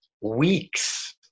weeks